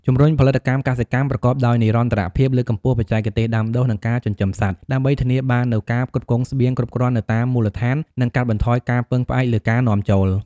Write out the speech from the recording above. ជំរុញផលិតកម្មកសិកម្មប្រកបដោយនិរន្តរភាព លើកកម្ពស់បច្ចេកទេសដាំដុះ និងការចិញ្ចឹមសត្វ ដើម្បីធានាបាននូវការផ្គត់ផ្គង់ស្បៀងគ្រប់គ្រាន់នៅតាមមូលដ្ឋាន និងកាត់បន្ថយការពឹងផ្អែកលើការនាំចូល។